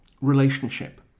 relationship